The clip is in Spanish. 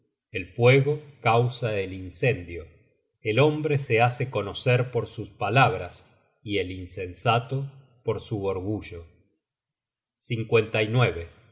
el fuego causa el incendio el hombre se hace conocer por sus palabras y el insensato por su orgullo el que